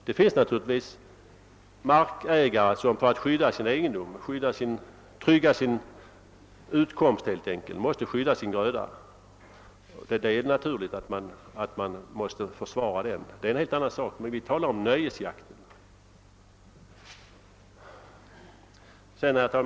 Det finns naturligtvis markägare som helt enkelt för att trygga sin utkomst måste skydda grödan och därför skjuter djur. Detta är emellertid en helt annan sak — vad jag talar om är nöjesjakten.